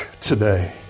today